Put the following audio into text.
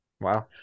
wow